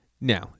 Now